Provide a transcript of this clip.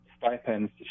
stipends